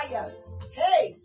Hey